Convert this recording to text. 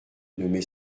nommé